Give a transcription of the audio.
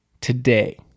today